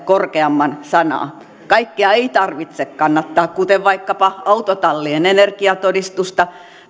korkeamman sanaa kaikkea ei tarvitse kannattaa kuten vaikkapa autotallien energiatodistusta